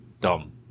dumb